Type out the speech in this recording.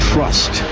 Trust